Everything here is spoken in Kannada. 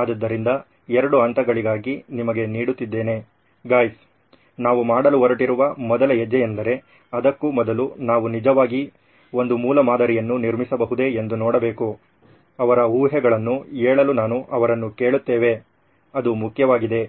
ಆದ್ದರಿಂದ ಎರಡು ಹಂತಗಳಿಗಾಗಿ ನಿಮಗೆ ನೀಡುತ್ತಿದ್ದೇನೆ ಗೈಸ್ ನಾವು ಮಾಡಲು ಹೊರಟಿರುವ ಮೊದಲ ಹೆಜ್ಜೆಯೆಂದರೆ ಅದಕ್ಕೂ ಮೊದಲು ನಾವು ನಿಜವಾಗಿ ಒಂದು ಮೂಲಮಾದರಿಯನ್ನು ನಿರ್ಮಿಸಬಹುದೇ ಎಂದು ನೋಡಬೇಕು ಅವರ ಊಹೆಗಳನ್ನು ಹೇಳಲು ನಾನು ಅವರನ್ನು ಕೇಳುತ್ತೇವೆ ಅದು ಮುಖ್ಯವಾಗಿದೆ